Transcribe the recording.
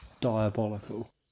diabolical